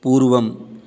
पूर्वम्